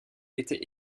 était